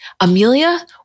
Amelia